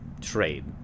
trade